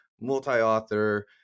multi-author